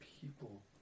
people